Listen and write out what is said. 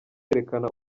yerekana